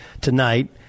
tonight